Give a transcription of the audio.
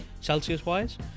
Celsius-wise